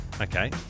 Okay